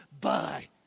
Bye